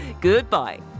goodbye